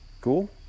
Cool